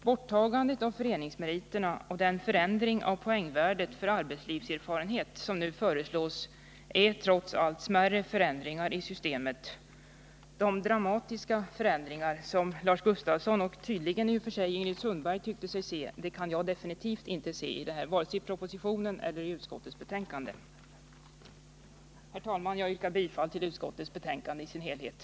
Borttagandet av föreningsmeriterna och den förändring av poängvärdet för arbetslivserfarenheten som nu förslås är trots allt smärre förändringar i systemet. De dramatiska förändringar som Lars Gustafsson, och tydligen också Ingrid Sundberg, tyckte sig se, kan jag definitivt inte finna, varken i propositionen eller i utskottets betänkande. Herr talman! Jag yrkar bifall till utskottets hemställan på samtliga punkter.